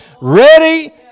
ready